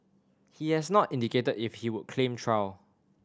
he has not indicated if he would claim trial